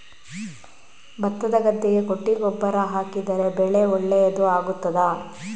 ಭತ್ತದ ಗದ್ದೆಗೆ ಕೊಟ್ಟಿಗೆ ಗೊಬ್ಬರ ಹಾಕಿದರೆ ಬೆಳೆ ಒಳ್ಳೆಯದು ಆಗುತ್ತದಾ?